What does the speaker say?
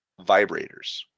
vibrators